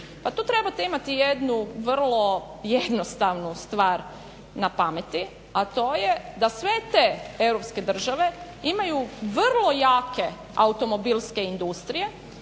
Pa tu trebate imati jednu vrlo jednostavnu stvar na pameti, a to je da sve te europske države imaju vrlo jake automobilske industrije